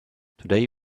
today